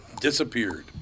disappeared